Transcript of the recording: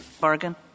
bargain